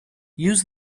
use